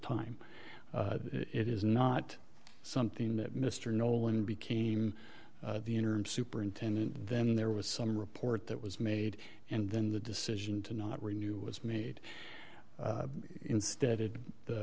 time it is not something that mr nolan became the interim superintendent then there was some report that was made and then the decision to not renew was made instead of the